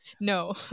No